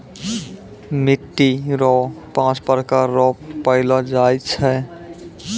मिट्टी रो पाँच प्रकार रो पैलो जाय छै